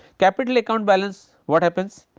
capital account balance what happens?